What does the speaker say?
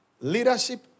Leadership